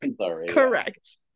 Correct